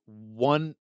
one